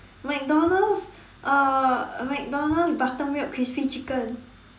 McDonald's uh McDonald's buttermilk crispy chicken